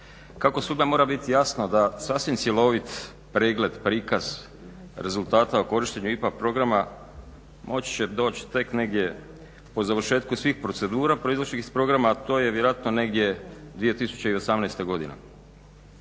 kako mora svima biti jasno da sasvim cjelovit pregled, prikaz rezultata o korištenju IPA programa moći će doći tek negdje po završetku svih procedura proizašlih iz programa, a to je vjerojatno negdje 2018. godine.